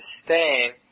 sustain